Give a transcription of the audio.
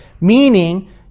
meaning